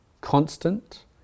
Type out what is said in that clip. constant